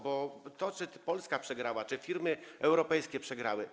Bo to, czy Polska przegrała, czy firmy europejskie przegrały.